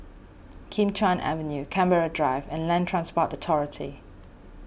Kim Chuan Avenue Canberra Drive and Land Transport Authority